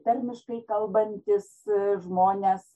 tarmiškai kalbantys žmonės